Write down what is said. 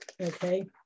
Okay